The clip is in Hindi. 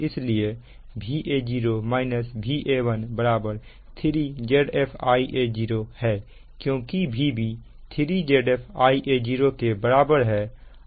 इसलिए Va0 Va1 3 Zf Ia0 है क्योंकि Vb 3 Zf Ia0 के बराबर है